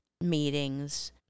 meetings